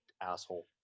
asshole